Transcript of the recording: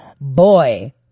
boy